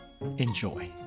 Enjoy